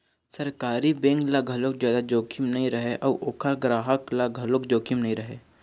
सरकारी बेंक ल घलोक जादा जोखिम नइ रहय अउ ओखर गराहक ल घलोक जोखिम नइ रहय